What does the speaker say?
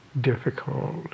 difficult